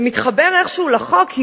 זה מתחבר איכשהו לחוק,